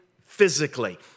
physically